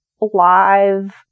live